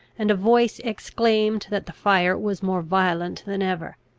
and a voice exclaimed that the fire was more violent than ever.